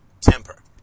temper